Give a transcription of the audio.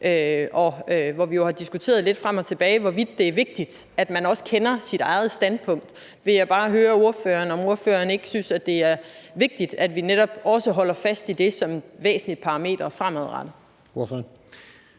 hvor vi har diskuteret lidt frem og tilbage, hvorvidt det er vigtigt, at man også kender sit eget standpunkt. Der vil jeg bare høre ordføreren, om ordføreren ikke synes, det er vigtigt, at vi netop også holder fast i det som et væsentligt parameter fremadrettet.